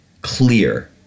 clear